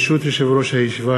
ברשות יושב-ראש הישיבה,